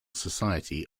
society